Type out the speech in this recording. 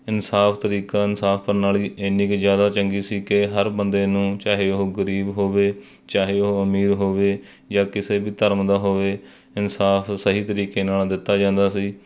ਇਨਸਾਫ ਤਰੀਕਾ ਇਨਸਾਫ ਪ੍ਰਣਾਲੀ ਇੰਨੀ ਕੁ ਜ਼ਿਆਦਾ ਚੰਗੀ ਸੀ ਕਿ ਹਰ ਬੰਦੇ ਨੂੰ ਚਾਹੇ ਉਹ ਗਰੀਬ ਹੋਵੇ ਚਾਹੇ ਉਹ ਅਮੀਰ ਹੋਵੇ ਜਾਂ ਕਿਸੇ ਵੀ ਧਰਮ ਦਾ ਹੋਵੇ ਇਨਸਾਫ ਸਹੀ ਤਰੀਕੇ ਨਾਲ ਦਿੱਤਾ ਜਾਂਦਾ ਸੀ